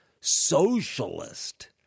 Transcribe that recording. socialist